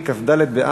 כמובן.